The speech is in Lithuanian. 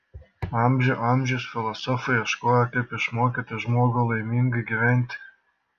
amžių amžius filosofai ieškojo kaip išmokyti žmogų laimingai gyventi